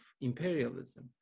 imperialism